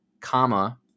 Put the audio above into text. comma